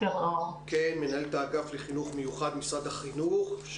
רחלי היא מנהלת האגף לחינוך מיוחד במשרד החינוך והיא